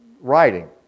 writing